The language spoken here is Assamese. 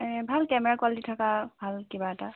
ভাল কেমেৰা কুৱালিটি থকা ভাল কিবা এটা